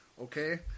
okay